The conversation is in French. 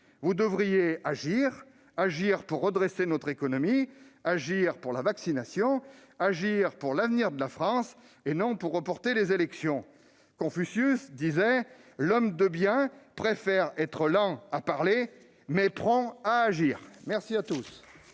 vous devriez agir : agir pour redresser notre économie, agir pour la vaccination, agir pour l'avenir de la France et non pour reporter les élections ! Confucius disait :« L'homme de bien préfère être lent à parler, mais prompt à agir. » La parole